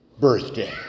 birthday